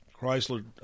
Chrysler